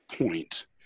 point